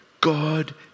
God